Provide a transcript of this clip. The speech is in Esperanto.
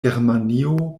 germanio